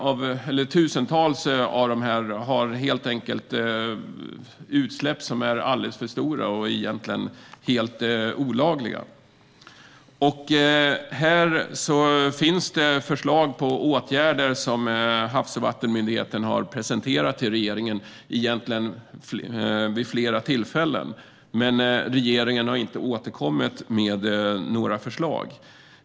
Tusentals av dessa har utsläpp som är alldeles för stora och är egentligen olagliga. Havs och vattenmyndigheten har vid flera tillfällen presenterat åtgärder för regeringen, men regeringen har inte återkommit med några förslag.